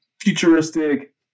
futuristic